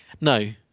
no